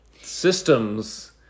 systems